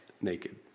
naked